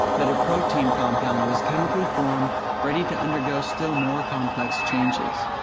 that a protein compound was chemically formed, ready to undergo still more complex changes.